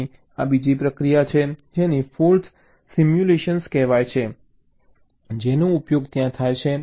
તેથી ત્યાં બીજી પ્રક્રિયા છે જેને ફોલ્ટ સિમ્યુલેશન કહેવાય છે જેનો ઉપયોગ ત્યાં થાય છે